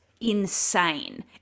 insane